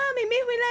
!wah! 妹妹回来